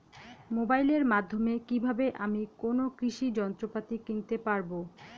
মোবাইলের মাধ্যমে কীভাবে আমি কোনো কৃষি যন্ত্রপাতি কিনতে পারবো?